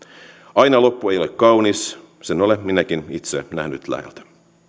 aina loppu ei ole kaunis sen olen minäkin itse nähnyt läheltä